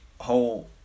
whole